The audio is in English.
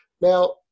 Now